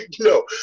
no